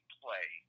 play